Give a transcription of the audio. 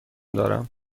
دارم